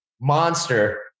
monster